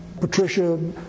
Patricia